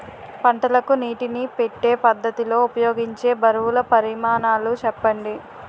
పంటలకు నీటినీ పెట్టే పద్ధతి లో ఉపయోగించే బరువుల పరిమాణాలు చెప్పండి?